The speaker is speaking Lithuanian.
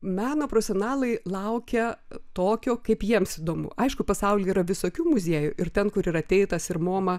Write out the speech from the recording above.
meno profesionalai laukia tokio kaip jiems įdomu aišku pasaulyje yra visokių muziejų ir ten kur yra teitas ir moma